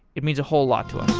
it means a whole lot to